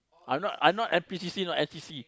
I'm not I'm not N_P_C_C know N_C_C